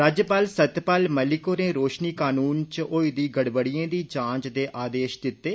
राज्यपाल सत्यपाल मलिक होरें रोशनी कानून च होई दी गड़बड़ियें दी जांच दे आदेश दिते